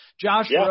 Josh